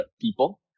people